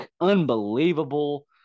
unbelievable